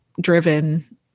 driven